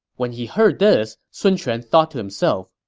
when he heard this, sun quan thought to himself,